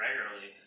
regularly